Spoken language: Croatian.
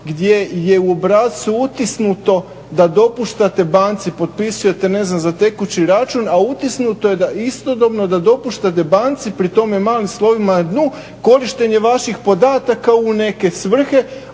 gdje je u obrascu utisnuto da dopuštate banci, potpisujete, ne znam za tekući račun, a utisnuto je da istodobno da dopuštate banci pri tome, malim snovima na dnu, korištenje vaših podataka u neke svrhe,